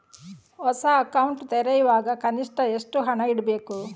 ಹೊಸ ಅಕೌಂಟ್ ತೆರೆಯುವಾಗ ಕನಿಷ್ಠ ಎಷ್ಟು ಹಣ ಇಡಬೇಕು?